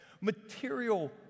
material